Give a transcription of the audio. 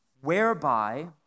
whereby